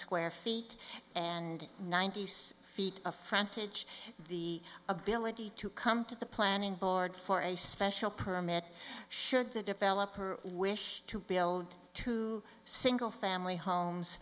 square feet and ninety use feet of frontage the ability to come to the planning board for a special permit should the developer wish to build two single family homes